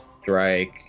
strike